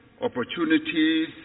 opportunities